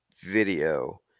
video